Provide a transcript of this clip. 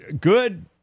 good